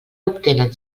obtenen